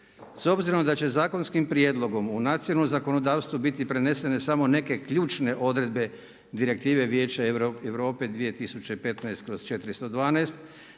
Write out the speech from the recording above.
S obzirom da će zakonskim prijedlogom u nacionalno zakonodavstvo biti prenesene samo neke ključne odredbe Direktive vijeće Europe 2015/412,